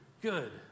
good